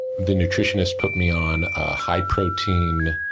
the nutritionist put me on a high protein,